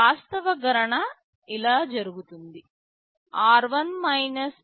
వాస్తవ గణన ఇలా జరుగుతుంది r1 r 2 C 1